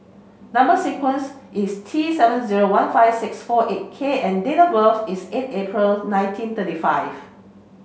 number sequence is T seven zero one five six four eight K and date birth is eight April nineteen thirty five